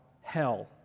hell